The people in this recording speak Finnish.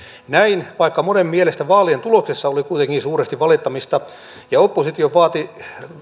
näin vaikka monen mielestä vaalien tuloksessa oli kuitenkin suuresti valittamista ja oppositio vaati